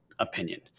Opinion